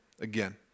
again